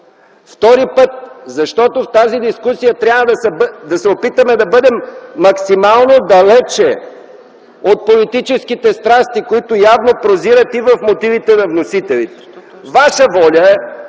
втори път - защото в тази дискусия трябва да се опитаме да бъдем максимално далеч от политическите страсти, които явно прозират и в мотивите на вносителите. Ваша воля е,